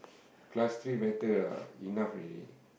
class three better ah enough already